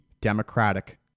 democratic